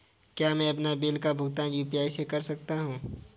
क्या मैं अपने बिल का भुगतान यू.पी.आई से कर सकता हूँ?